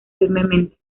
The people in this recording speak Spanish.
firmemente